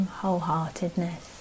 wholeheartedness